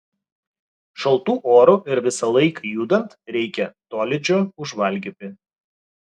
šaltu oru ir visąlaik judant reikia tolydžio užvalgyti